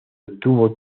obtuvo